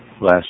last